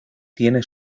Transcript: tiene